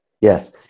Yes